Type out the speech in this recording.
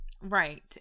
Right